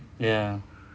ya